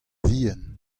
vihan